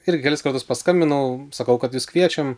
irgi kelis kartus paskambinau sakau kad jus kviečiam